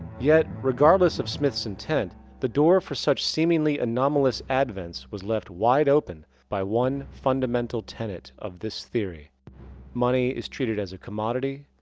yet, regardless of smith's intent the door for such seemingly anomalous advents was left wide open by one fundamental tenet of this theory money is treated as a commodity,